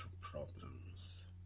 problems